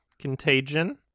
Contagion